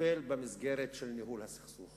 נופל במסגרת ניהול הסכסוך